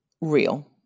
Real